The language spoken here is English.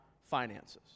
finances